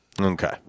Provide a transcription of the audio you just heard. Okay